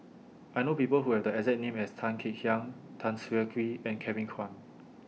I know People Who Have The exact name as Tan Kek Hiang Tan Siah Kwee and Kevin Kwan